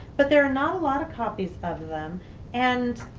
but there are not a lot of copies of them and